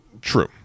True